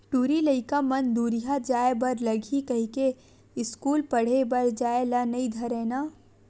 टूरी लइका मन दूरिहा जाय बर लगही कहिके अस्कूल पड़हे बर जाय ल नई धरय ना